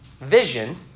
vision